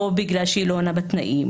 או בגלל שהיא לא עונה לתנאים,